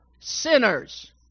sinners